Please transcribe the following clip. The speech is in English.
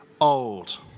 old